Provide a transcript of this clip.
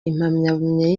impamyabumenyi